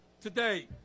today